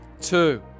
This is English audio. two